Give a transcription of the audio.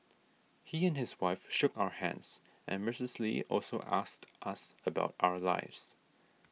he and his wife shook our hands and Missus Lee also asked us about our lives